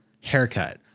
haircut